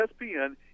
ESPN